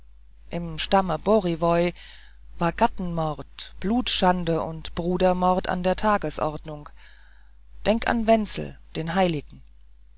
im stamme boriwoj war gattenmord blutschande und brudermord an der tagesordnung denk an wenzel den heiligen